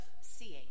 seeing